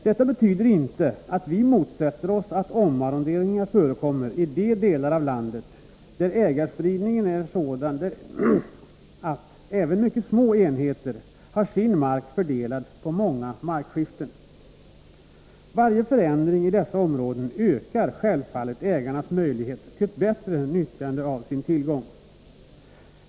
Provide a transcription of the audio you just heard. Detta betyder inte att vi motsätter oss att omarrondering förekommer i de delar av landet där ägarspridningen är sådan att även mycket små enheter har sin mark fördelad på många markskiften. Varje förändring i dessa områden ökar självfallet ägarnas möjlighet till ett bättre nyttjande av sin tillgång.